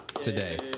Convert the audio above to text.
Today